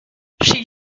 she